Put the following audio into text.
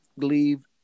believe